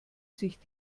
sich